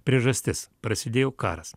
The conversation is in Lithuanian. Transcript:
priežastis prasidėjo karas